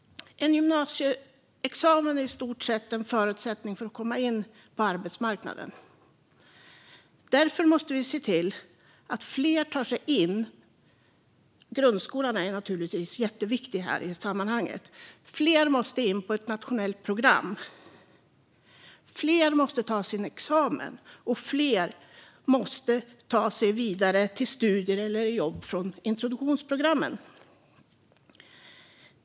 En gymnasieexamen är mer eller mindre en förutsättning för att komma in på arbetsmarknaden. Grundskolan är givetvis jätteviktig för att fler ska komma in på ett nationellt gymnasieprogram, men fler måste också ta examen. Fler måste också ta sig vidare till studier eller jobb från introduktionsprogrammen.